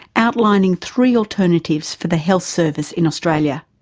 outlining three alternatives for the health service in australia,